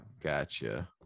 Gotcha